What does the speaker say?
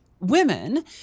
women